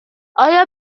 آیا